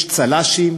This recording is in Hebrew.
יש צל"שים